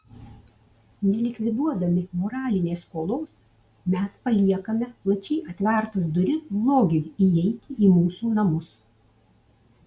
nelikviduodami moralinės skolos mes paliekame plačiai atvertas duris blogiui įeiti į mūsų namus